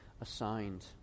assigned